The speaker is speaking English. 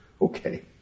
Okay